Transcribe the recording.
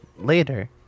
later